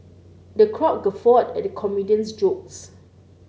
the crowd guffawed at the comedian's jokes